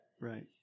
Right